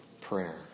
prayer